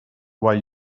why